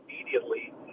immediately